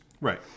Right